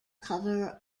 cover